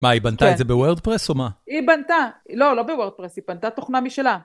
מה, היא בנתה את זה בווירד פרס או מה? היא בנתה, לא, לא בווירד פרס, היא בנתה תוכנה משלה.